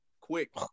quick